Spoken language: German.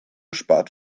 spart